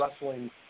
wrestling